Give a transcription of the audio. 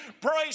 praise